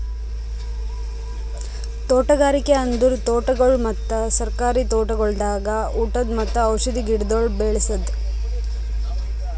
ತೋಟಗಾರಿಕೆ ಅಂದುರ್ ತೋಟಗೊಳ್ ಮತ್ತ ಸರ್ಕಾರಿ ತೋಟಗೊಳ್ದಾಗ್ ಉಟದ್ ಮತ್ತ ಔಷಧಿ ಗಿಡಗೊಳ್ ಬೇಳಸದ್